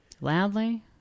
Loudly